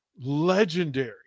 legendary